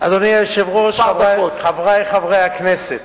אדוני היושב-ראש, חברי חברי הכנסת,